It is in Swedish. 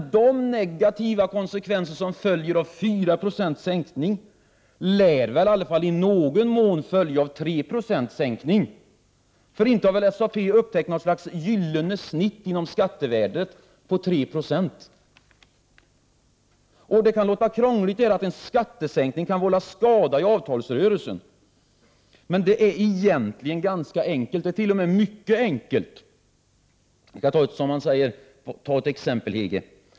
De negativa konsekvenser som följer av 4 96 sänkning lär i alla fall i någon mån följa också av 3 76 sänkning. För inte har väl SAP upptäckt något slags gyllene snitt inom skattevärlden på 3 90? Det kan låta krångligt att en skattesänkning kan vålla skada i avtalsrörelsen. Men det är egentligen ganska enkelt, t.o.m. mycket enkelt. Jag skall ta ett exempel.